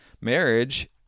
Marriage